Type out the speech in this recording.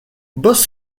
bus